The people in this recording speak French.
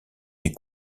des